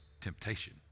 temptation